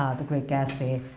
the great gatsby,